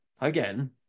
again